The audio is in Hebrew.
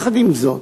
עם זאת,